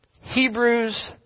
Hebrews